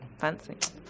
fancy